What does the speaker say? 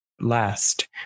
last